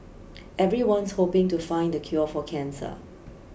everyone's hoping to find the cure for cancer